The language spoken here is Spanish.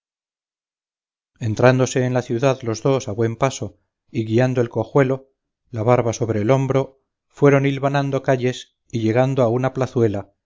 entrándose en la ciudad los dos a buen paso y guiando el cojuelo la barba sobre el hombro fueron hilvanando calles y llegando a una plazuela